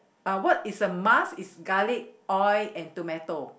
uh what is a must is garlic oil and tomato